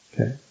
Okay